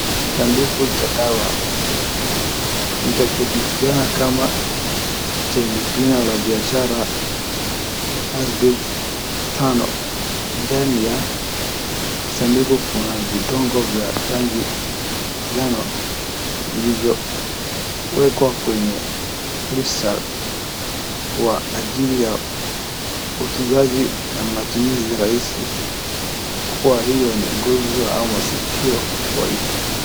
Sanduku la dawa lililojulikana kama lenye jina la biashara azbii tano , ndani ya sanduku kuna vidonge vya rangi ya manjano, vilivyowekwa kwenye lisa kwa ajili ya utunzaji na matumizi rahisi. Kwa kuwa hiyo ni ngozi au masikio kwa hivo.